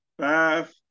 five